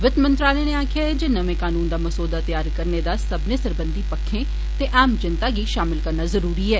वित्त मंत्रालय नै आक्खेआ ऐ जे नमें कनून दा मसौदा त्यार करने इच सब्बने सरबंधित पक्खे ते आम जनता गी शामल करना जरूरी ऐ